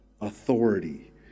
authority